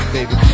Baby